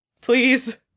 Please